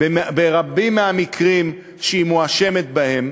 ברבים מהמקרים שהיא מואשמת בהם,